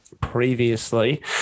previously